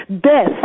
death